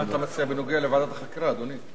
מה אתה מציע בנושא ועדת החקירה, אדוני?